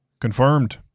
Confirmed